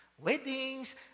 weddings